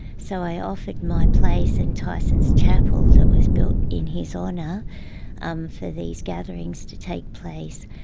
so i offered my place and tyson's chapel that was built in his honour um for these gatherings to take place.